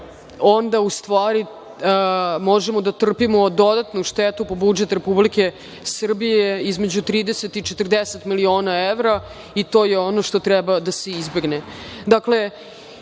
onda u stvari možemo da trpimo dodatnu štetu po budžet Republike Srbije između 30 i 40 miliona evra i to je ono što treba da se izbegne. Dakle,